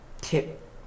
Tip